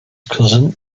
cousin